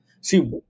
See